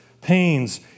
pains